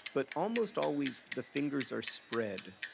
but almost always the fingers are spread,